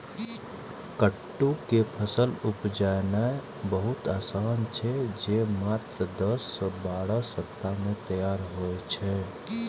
कट्टू के फसल उपजेनाय बहुत आसान छै, जे मात्र दस सं बारह सप्ताह मे तैयार होइ छै